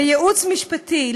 בייעוץ משפטי,